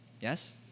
Yes